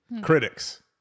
Critics